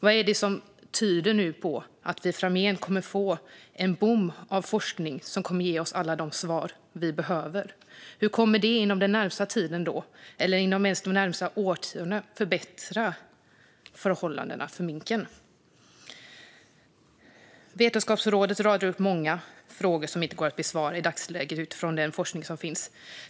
Vad är det som tyder på att det framgent blir en boom för forskningen som kommer att ge oss alla de svar vi behöver? Hur kommer detta att inom den närmaste tiden eller ens de närmaste årtiondena förbättra förhållandena för minken? Det vetenskapliga rådet radar upp många frågor som inte går att besvara i dagsläget utifrån den forskning som finns.